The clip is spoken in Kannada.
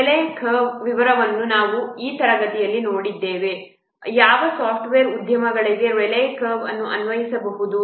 ರೇಲೈ ಕರ್ವ್ನ ವಿವರಗಳನ್ನು ನಾವು ಈ ತರಗತಿಯಲ್ಲಿ ನೋಡಿದ್ದೇವೆ ಯಾವ ಸಾಫ್ಟ್ವೇರ್ ಉದ್ಯಮಗಳಿಗೆ ರೇಲೈ ಕರ್ವ್ ಅನ್ನು ಅನ್ವಯಿಸಬಹುದು